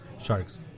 Sharks